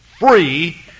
Free